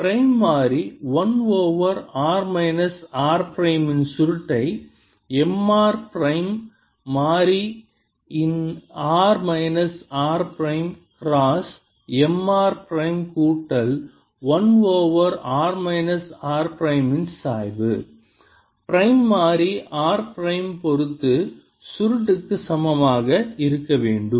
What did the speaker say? prime மாறி 1 over r minus r prime இன் சுருட்டை M r பிரைம் பிரைம் மாறி இன் r minus r prime cross M r prime கூட்டல் 1 over r minus r prime இன் சாய்வு பிரைம் மாறி r பிரைம் பொறுத்து சுருட்டு க்கு சமமாக இருக்க வேண்டும்